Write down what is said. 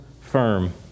firm